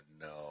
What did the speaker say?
no